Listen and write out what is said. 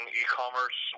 e-commerce